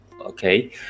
okay